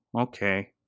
Okay